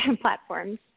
platforms